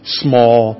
small